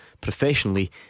Professionally